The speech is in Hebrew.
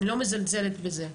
לא מזלזלת בזה,